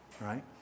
right